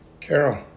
Carol